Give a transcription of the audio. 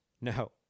No